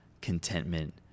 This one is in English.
contentment